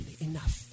enough